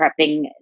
prepping